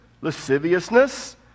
lasciviousness